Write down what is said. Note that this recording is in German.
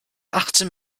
achtzehn